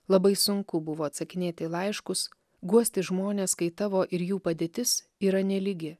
labai sunku buvo atsakinėti į laiškus guosti žmones kai tavo ir jų padėtis yra nelygi